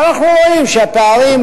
ואנחנו רואים שהפערים,